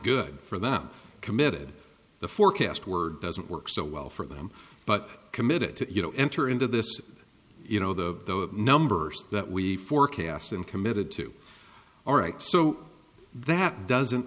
good for them committed the forecast were doesn't work so well for them but committed to you know enter into this you know the numbers that we forecast and committed to all right so that doesn't